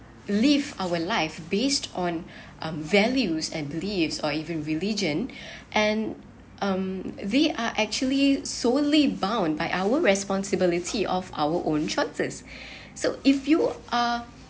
live our life based on um values and beliefs or even religion and um they are actually solely bound by our responsibility of our own choices so if you are